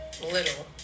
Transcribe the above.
little